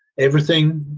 everything